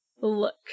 look